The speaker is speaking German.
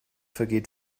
vergeht